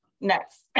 next